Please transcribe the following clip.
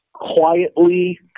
quietly